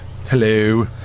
Hello